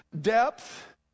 depth